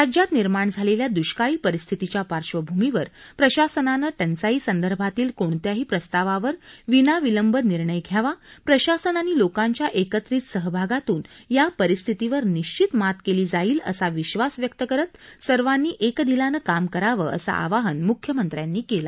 राज्यात निर्माण झालेल्या दुष्काळी परिस्थितीच्या पार्श्वभूमीवर प्रशासनानं टंचाईसंदर्भातील कोणत्याही प्रस्तावावर विनाविलंब निर्णय घ्यावा प्रशासन आणि लोकांच्या एकत्रीत सहभागातून या परिस्थितीवर निश्वित मात केली जाईल असा विश्वास व्यक्त करत सर्वांनी एकदिलानं काम करावं असं आवाहन त्यांनी केलं